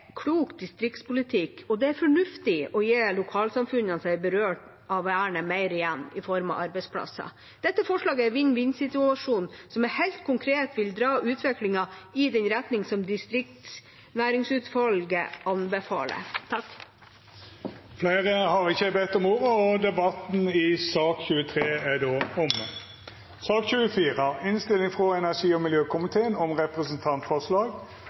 klok distriktspolitikk, og det er fornuftig å gi lokalsamfunnene som er berørt av vernet, mer igjen i form av arbeidsplasser. Dette forslaget er en vinn-vinn-situasjon som helt konkret vil dra utviklingen i den retningen som distriktsnæringsutvalget anbefaler. Fleire har ikkje bedt ordet til sak nr. 23. Etter ynske frå energi- og miljøkomiteen vil presidenten ordna debatten slik: 3 minutt til kvar partigruppe og